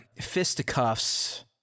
fisticuffs